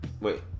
Wait